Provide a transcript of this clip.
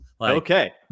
Okay